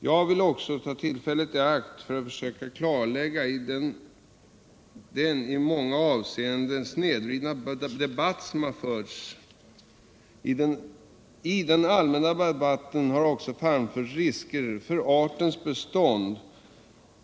Jag vill också ta tillfället i akt att försöka klarlägga den i många avseenden snedvridna debatt som förts. I den allmänna debatten har framförts farhågor för artens bestånd.